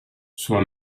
sua